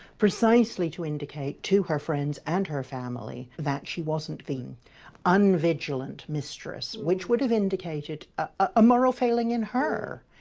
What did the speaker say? precisely to indicate to her friends and her family that she wasn't the i mean unvigilant mistress, which would have indicated a moral failing in her.